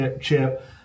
chip